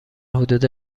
حدود